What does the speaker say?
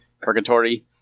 purgatory